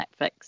netflix